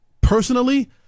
personally